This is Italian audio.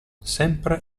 sempre